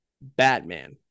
batman